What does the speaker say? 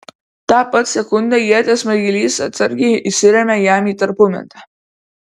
tą pat sekundę ieties smaigalys atsargiai įsirėmė jam į tarpumentę